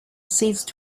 ceased